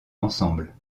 ensemble